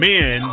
Men